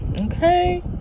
okay